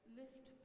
lift